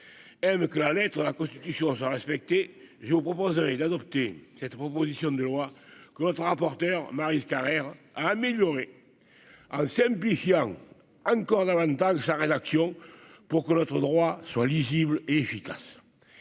RDSE que la lettre la Constitution sans respecter je vous proposerai d'adopter cette proposition de loi que notre rapporteur Maryse Carrère améliorer en simplifiant encore davantage la rédaction pour que notre droit soit lisible et efficace,